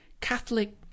Catholic